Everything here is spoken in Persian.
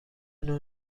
نوع